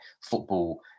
football